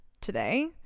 today